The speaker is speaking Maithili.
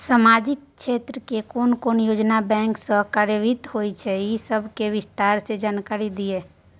सामाजिक क्षेत्र के कोन कोन योजना बैंक स कार्यान्वित होय इ सब के विस्तार स जानकारी दिय?